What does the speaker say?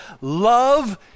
Love